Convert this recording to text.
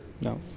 No